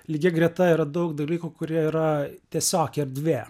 lygia greta yra daug dalykų kurie yra tiesiog erdvė